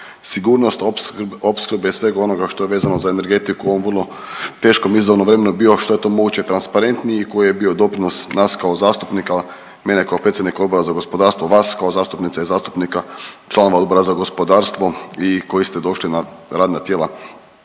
sigurnost opskrbe, svega onoga što je vezano za energetiku u ovom vrlo teškom izazovnom vremenu bio što je to moguće transparentniji i koji je bio doprinos nas kao zastupnika, mene kao predsjednika Odbora za gospodarstvo, vas kao zastupnica i zastupnika članova Odbora za gospodarstvo i koji ste došli na radna tijela